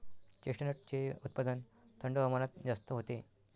चेस्टनटचे उत्पादन थंड हवामानात जास्त होते